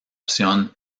opción